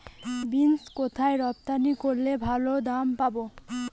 Beans কোথায় রপ্তানি করলে ভালো দাম পাব?